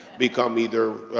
become either, ah,